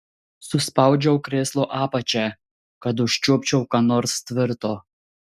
suspaudžiau krėslo apačią kad užčiuopčiau ką nors tvirto